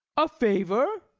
a favour?